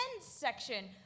section